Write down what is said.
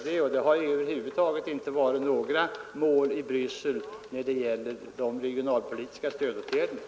Det har över huvud taget inte varit några mål i Bryssel rörande de regionalpolitiska stödåtgärderna.